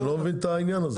אני לא מבין את העניין הזה.